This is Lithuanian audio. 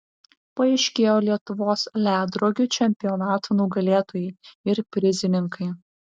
paaiškėjo lietuvos ledrogių čempionato nugalėtojai ir prizininkai